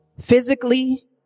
Physically